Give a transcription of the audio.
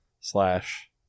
slash